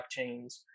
blockchains